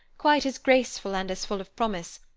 quite as graceful and as full of promise,